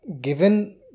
Given